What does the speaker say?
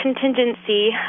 contingency